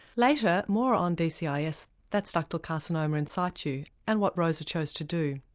later, more on dcis. that's ductal carcinoma in situ, and what rosa chose to do.